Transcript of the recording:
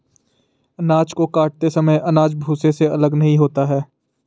अनाज को काटते समय अनाज भूसे से अलग नहीं होता है